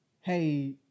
hey